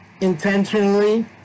intentionally